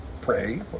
pray